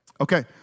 Okay